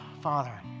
Father